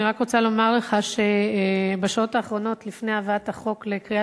אני רק רוצה לומר לך שבשעות האחרונות לפני הבאת החוק לקריאה